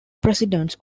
presidents